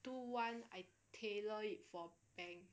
two one I tailor it for bank